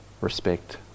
respect